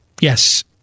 Yes